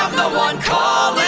one calling